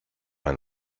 ein